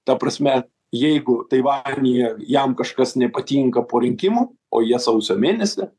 ta prasme jeigu taivanyje jam kažkas nepatinka po rinkimų o jie sausio mėnesį